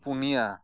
ᱯᱩᱱᱭᱟ